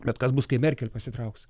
bet kas bus kai mėrkėl pasitrauks